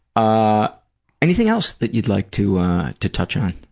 ah anything else that you'd like to to touch on?